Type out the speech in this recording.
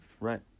right